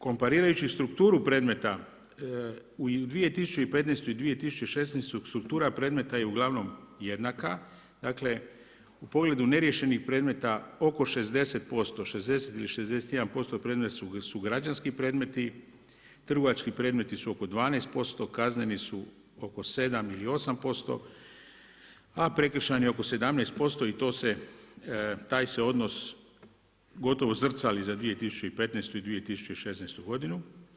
Komparirajući strukturu predmeta u 2015. i 2016. struktura predmeta je uglavnom jednaka, dakle u pogledu neriješenih predmeta oko 60%, 60 ili 61% predmeta su građanski predmeti, trgovački predmeti su oko 12%, kazneni su oko 7 ili 8% a prekršajni oko 17% i to se, taj se odnos gotovo zrcali za 20115. i 2016. godinu.